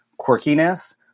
quirkiness